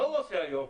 מה הוא עושה היום?